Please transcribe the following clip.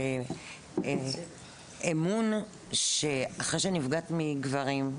וזה אמון שאחרי שנפגעת מגברים,